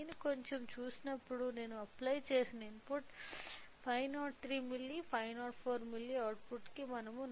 నేను కొంచెం చూసినప్పుడు నేను అప్లై చేసిన ఇన్పుట్ 503 మిల్లీ 504 మిల్లీ అవుట్పుట్ కి మనము